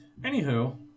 Anywho